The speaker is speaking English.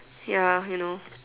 ya you know